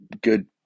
good